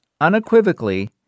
unequivocally